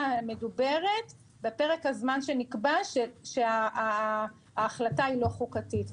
המדוברת בפרק הזמן שנקבע שההחלטה לא חוקתית,